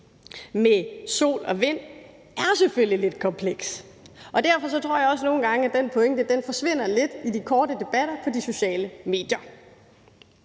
fra sol og vind, er selvfølgelig lidt kompleks. Derfor tror jeg også nogle gange, at den pointe forsvinder lidt i de korte debatter på de sociale medier,